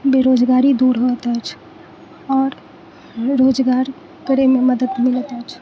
बेरोजगारी दूर होइत अछि आओर रोजगार करैमे मदद मिलैत अछि